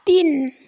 तिन